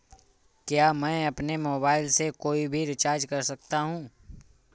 क्या मैं अपने मोबाइल से कोई भी रिचार्ज कर सकता हूँ?